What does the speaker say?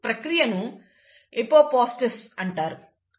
ఈ ప్రక్రియను ఎపోప్టోసిస్ అంటారు